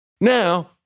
Now